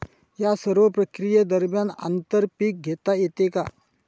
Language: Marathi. या सर्व प्रक्रिये दरम्यान आंतर पीक घेता येते का?